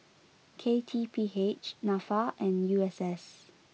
K T P H Nafa and U S S